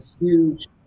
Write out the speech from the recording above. huge